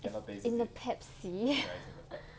it's in the Pepsi